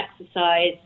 exercise